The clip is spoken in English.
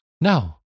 No